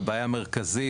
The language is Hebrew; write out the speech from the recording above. והבעיה המרכזית,